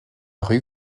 rue